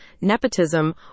nepotism